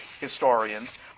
historians